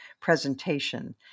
presentation